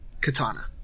katana